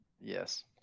Yes